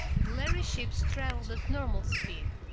the lhari ships traveled at normal speeds,